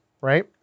right